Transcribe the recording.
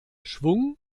schwung